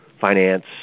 finance